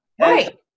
Right